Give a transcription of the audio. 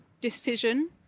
decision